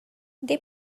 they